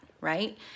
right